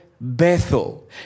Bethel